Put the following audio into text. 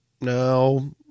No